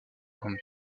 grande